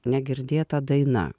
negirdėta daina